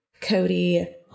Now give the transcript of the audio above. Cody